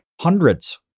hundreds